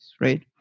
right